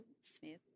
Smith